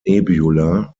nebula